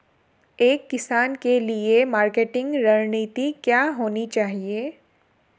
एक किसान के लिए मार्केटिंग रणनीति क्या होनी चाहिए?